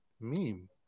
Meme